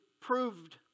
proved